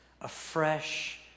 afresh